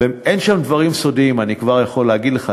אין שם דברים סודיים, אני כבר יכול להגיד לך.